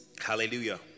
Hallelujah